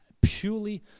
purely